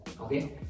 Okay